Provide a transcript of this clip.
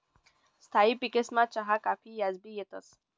स्थायी पिकेसमा चहा काफी याबी येतंस